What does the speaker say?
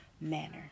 manner